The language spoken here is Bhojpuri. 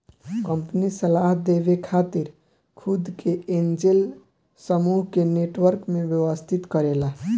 कंपनी सलाह देवे खातिर खुद के एंजेल समूह के नेटवर्क में व्यवस्थित करेला